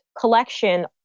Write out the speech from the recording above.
collection